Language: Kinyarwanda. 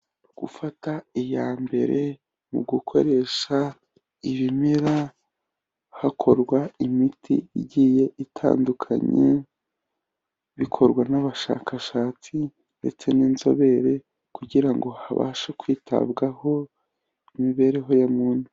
Gufata iya mbere mu gukoresha ibimera hakorwa imiti igiye itandukanye, bikorwa n'abashakashatsi ndetse n'inzobere kugira ngo habashe kwitabwaho imibereho ya muntu.